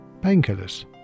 painkillers